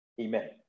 Amen